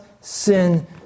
sin